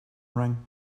ring